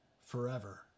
forever